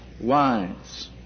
wise